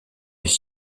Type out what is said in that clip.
les